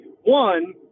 one